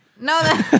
No